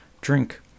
drink